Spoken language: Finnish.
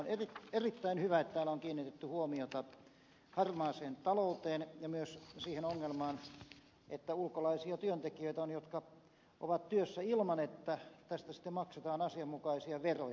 on erittäin hyvä että on kiinnitetty huomiota harmaaseen talouteen ja myös siihen ongelmaan että ulkolaisia työntekijöitä on jotka ovat työssä ilman että tästä sitten maksetaan asianmukaisia veroja